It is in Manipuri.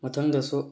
ꯃꯊꯪꯗꯁꯨ